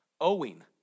owing